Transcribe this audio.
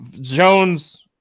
Jones